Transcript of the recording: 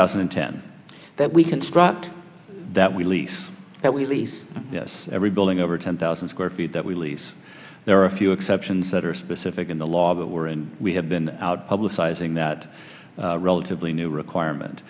thousand and ten that we construct that we lease that we lease this every building over ten thousand square feet that we lease there are a few exceptions that are specific in the law that were and we have been out publicizing that relatively new requirement